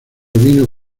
vino